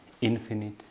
Infinite